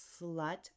slut